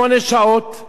לשישי-שבת,